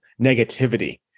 negativity